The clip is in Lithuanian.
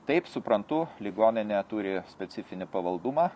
taip suprantu ligoninė turi specifinį pavaldumą